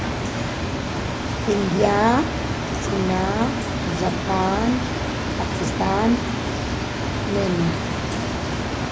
India China Japan Pakistan Myanmar